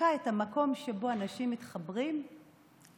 דווקא את המקום שבו אנשים מתחברים לסמלים,